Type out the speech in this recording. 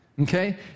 Okay